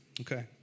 Okay